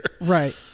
Right